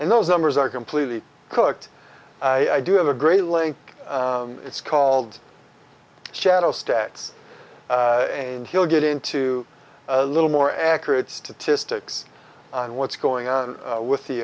and those numbers are completely cooked i do have a great link it's called shadowstats and he'll get into a little more accurate statistics on what's going on with the